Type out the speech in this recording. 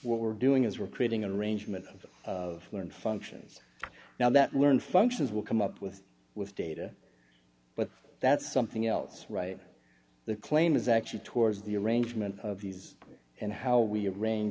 what we're doing is we're creating an arrangement of learned functions now that we learn functions will come up with with data but that's something else right the claim is actually towards the arrangement of these and how we